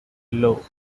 law